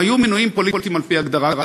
הם היו מינויים פוליטיים על-פי הגדרה.